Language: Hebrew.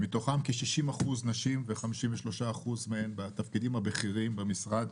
מתוכם כ-60% נשים כאשר 53% מהן בתפקידים הבכירים במשרד.